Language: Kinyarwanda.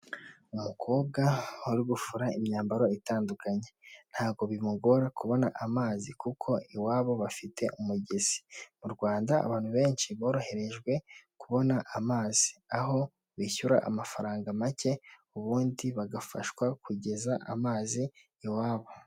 Umukobwa uri gufura imyambaro itandukanye, ntabwo bimugora kubona amazi kuko iwabo bafite umugezi, mu Rwanda abantu benshi boroherejwe kubona amazi, aho bishyura amafaranga make ubundi bagafashwa kugeza amazi iwabo.